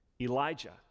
Elijah